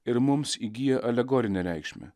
ir mums įgyja alegorinę reikšmę